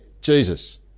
Jesus